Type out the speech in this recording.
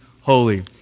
holy